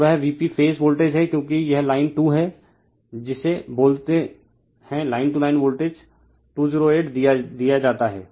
तो वह VP phase voltage है क्योंकि यह लाइन 2 है जिसे बोलते हैं लाइन टू लाइन वोल्टेज 208 दिया जाता है